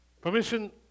Permission